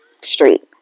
Street